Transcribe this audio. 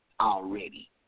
already